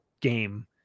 game